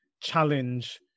challenge